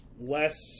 less